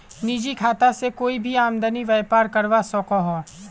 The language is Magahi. निजी खाता से कोए भी आदमी व्यापार करवा सकोहो